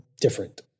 different